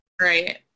Right